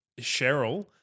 Cheryl